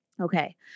Okay